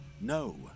No